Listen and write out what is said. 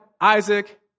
Isaac